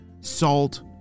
salt